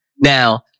Now